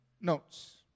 notes